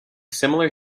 similar